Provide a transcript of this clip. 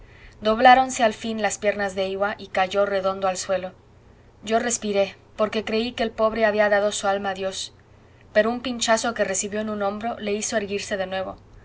cosas dobláronse al fin las piernas de iwa y cayó redondo al suelo yo respiré porque creí que el pobre había dado su alma a dios pero un pinchazo que recibió en un hombro le hizo erguirse de nuevo